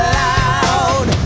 loud